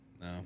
No